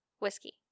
Whiskey